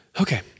Okay